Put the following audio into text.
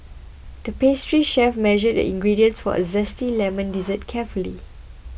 the pastry chef measured the ingredients for a Zesty Lemon Dessert carefully